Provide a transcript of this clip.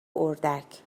اردک